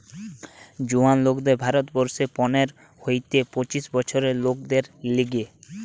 জোয়ান লোকদের ভারত বর্ষে পনের হইতে পঁচিশ বছরের লোকদের লিগে